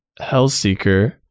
Hellseeker